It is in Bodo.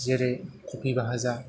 जेरै कबि बाहाजा